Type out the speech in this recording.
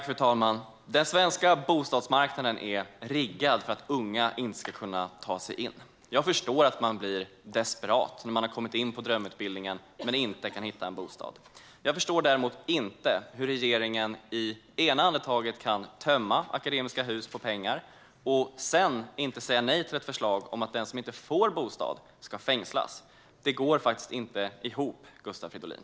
Fru talman! Den svenska bostadsmarknaden är riggad för att unga inte ska kunna ta sig in. Jag förstår att man blir desperat när man har kommit in på drömutbildningen men inte kan hitta en bostad. Jag förstår däremot inte hur regeringen i ena andetaget kan tömma Akademiska Hus på pengar och i andra andetaget inte säga nej till ett förslag om att den som inte får bostad ska fängslas. Det går faktiskt inte ihop, Gustav Fridolin.